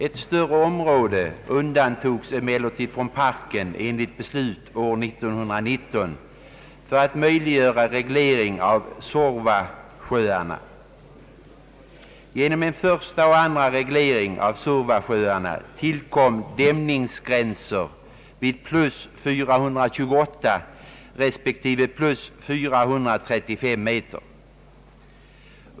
Ett större område undantogs emellertid från parken enligt beslut år 1919 för att möjliggöra reglering av Suorvasjöarna. Genom en första och en andra reglering av Suorvasjöarna tillkom dämningsgränser vid plus 428 resp. plus 435 meter.